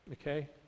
Okay